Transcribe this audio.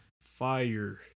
fire